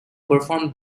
performed